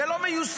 זה לא מיושם.